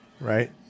Right